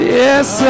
yes